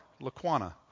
Laquana